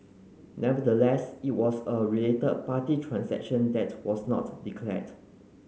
nonetheless it was a related party transaction that was not declared